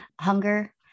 hunger